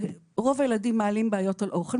ורוב הילדים מעלים בעיות על אוכל,